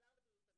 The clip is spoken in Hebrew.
חזר לבריאות הנפש.